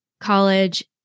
college